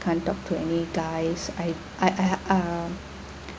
can't talk to any guys I I I uh